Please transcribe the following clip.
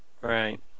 Right